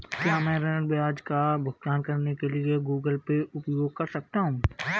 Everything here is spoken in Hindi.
क्या मैं ऋण ब्याज का भुगतान करने के लिए गूगल पे उपयोग कर सकता हूं?